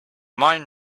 mind